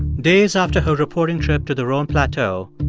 days after her reporting trip to the roan plateau,